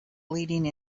leading